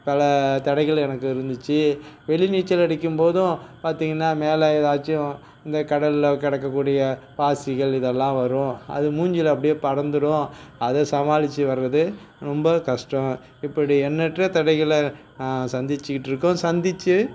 பல தடைகள் எனக்கு இருந்துச்சி வெளி நீச்சல் அடிக்கும்போதும் பார்த்தீங்கன்னா மேலே ஏதாச்சும் இந்த கடல்ல கிடக்கக்கூடிய பாசிகள் இதெல்லாம் வரும் அது மூஞ்சியில அப்படியே படர்ந்துடும் அதை சமாளிச்சு வர்றது ரொம்ப கஷ்டம் இப்படி எண்ணற்ற தடைகளை நாங்கள் சந்திச்சிக்கிட்டிருக்கோம் சந்திச்சு